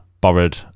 borrowed